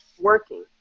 working